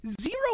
zero